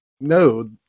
no